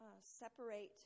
separate